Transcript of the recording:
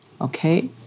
Okay